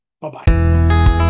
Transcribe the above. Bye-bye